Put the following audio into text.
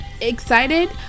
excited